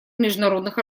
международных